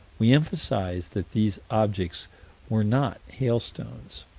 we emphasize that these objects were not hailstones.